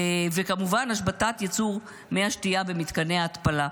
וכמובן השבתת ייצור מי השתייה במתקני ההתפלה.